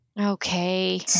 Okay